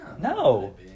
No